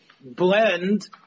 blend